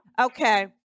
Okay